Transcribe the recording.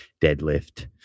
deadlift